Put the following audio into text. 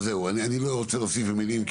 לא רוצה להוסיף במילים,